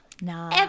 No